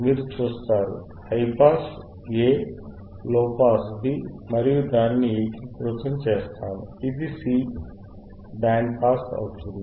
మీరు చూస్తారు high pass A low pass B మనము దానిని ఏకీకృతం చేస్తాము ఇది C బ్యాండ్ పాస్ అవుతుంది